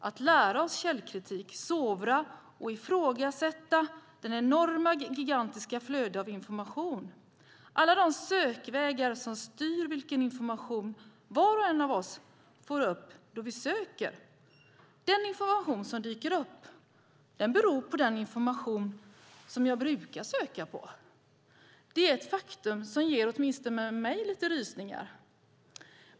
Att lära oss källkritik, att sovra och att ifrågasätta det enorma flödet av information behöver vi se som lika självklart. Alla sökvägar som styr vilken information var och en av oss får upp då vi söker - alltså den information som dyker upp - beror på den information jag brukar söka på. Det är ett faktum som ger åtminstone mig lite rysningar.